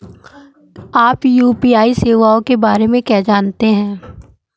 आप यू.पी.आई सेवाओं के बारे में क्या जानते हैं?